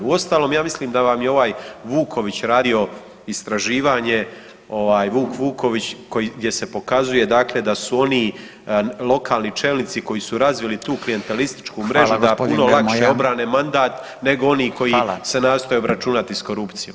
Uostalom, ja mislim da vam je ovaj Vuković radio istraživanje ovaj Vuk Vuković gdje se pokazuje dakle da su oni lokalni čelnici koji su razvili tu klijentelističku mrežu [[Upadica: Hvala g. Grmoja]] da puno lakše obrane mandat nego oni koji [[Upadica: Hvala]] se nastoje obračunati s korupcijom.